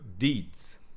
deeds